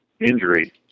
injury